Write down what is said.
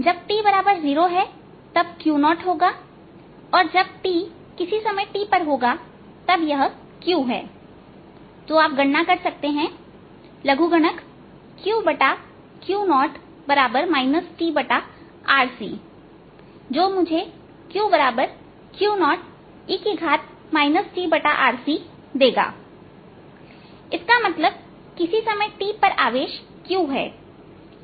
जब t0 है तब Q0 होगा कभी जब t किसी समय t पर होगा तब यह Q है तोआप गणना कर सकते हैं लघुगणकQQ0 tRc जो मुझे Q Q0e tRCदेगा इसका मतलब किसी समय t पर आवेश Q है इसे t लेते हैं